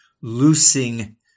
loosing